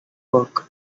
work